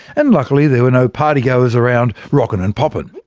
and luckily, there were no party goers around, rockin' and poppin'.